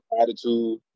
attitude